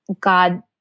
God